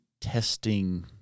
testing